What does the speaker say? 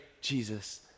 Jesus